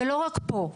ולא רק פה,